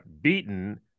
beaten